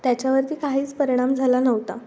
त्याच्यावरती काहीच परिणाम झाला नव्हता